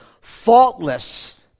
faultless